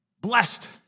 blessed